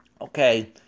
okay